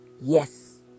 yes